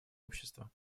общества